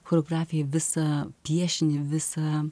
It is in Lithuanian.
choreografiją visą piešinį visą